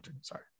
Sorry